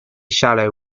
shallow